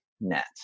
net